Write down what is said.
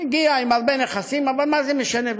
הגיע עם הרבה נכסים, אבל מה זה משנה בכלל?